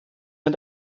den